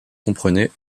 comprenait